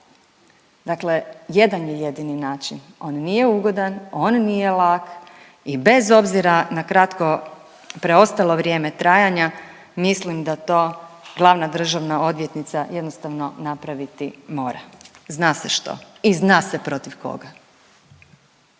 Dakle, jedan je jedini način on nije ugodan, on nije lak i bez obzira na kratko preostalo vrijeme trajanja mislim da to glavna državna odvjetnica jednostavno napraviti mora. Zna se što i zna se protiv koga.